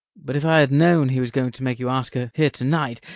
but if i had known he was going to make you ask her here to-night,